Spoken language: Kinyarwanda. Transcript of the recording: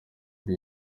uri